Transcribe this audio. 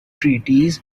treaties